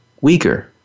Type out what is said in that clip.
weaker